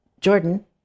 Jordan